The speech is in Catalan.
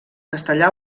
castellà